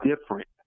different